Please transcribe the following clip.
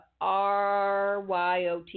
RYOT